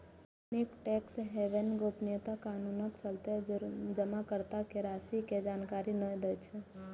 अनेक tax haven गोपनीयता कानूनक चलते जमाकर्ता के राशि के जानकारी नै दै छै